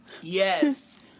Yes